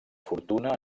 fortuna